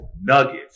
nuggets